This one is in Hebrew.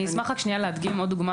אני אשמח רק שנייה להדגים עוד דוגמה